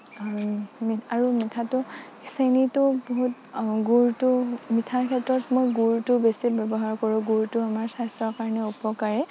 আৰু আৰু মিঠাটো চেনীটো বহুত গুড়টো মিঠাৰ ক্ষেত্ৰত মই গুড়টো বেছি ব্যৱহাৰ কৰোঁ গুড়টো আমাৰ স্বাস্থ্যৰ কাৰণে উপকাৰী